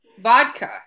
vodka